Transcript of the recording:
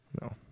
No